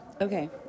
Okay